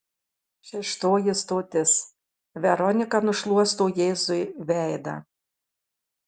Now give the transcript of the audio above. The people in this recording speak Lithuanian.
šeštoji stotis veronika nušluosto jėzui veidą